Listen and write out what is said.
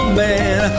man